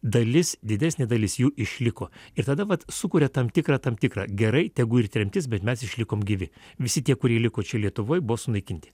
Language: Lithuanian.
dalis didesnė dalis jų išliko ir tada vat sukuria tam tikrą tam tikrą gerai tegu ir tremtis bet mes išlikom gyvi visi tie kurie liko čia lietuvoj buvo sunaikinti